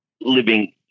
living